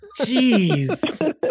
Jeez